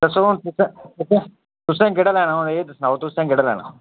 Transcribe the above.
दस्सो हून तुसें तुसें केह्ड़ा लैना ऐ एह् दस्सो सनाओ तुसें केह्ड़ा लैना